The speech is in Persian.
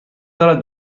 دارد